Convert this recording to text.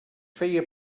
feia